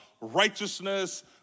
righteousness